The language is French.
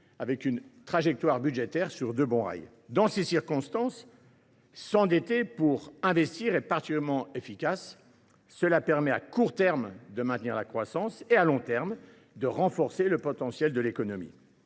la trajectoire budgétaire sur de bons rails. Dans ces circonstances, s’endetter pour investir est particulièrement efficace à court terme, en maintenant la croissance, et à long terme, pour renforcer le potentiel de l’économie.